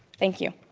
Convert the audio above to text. thank you,